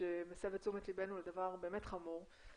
שמסב את תשומת ליבנו לדבר באמת חמור,